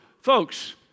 folks